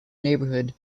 neighbourhood